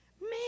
Man